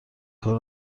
کار